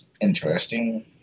interesting